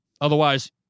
otherwise